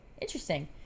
Interesting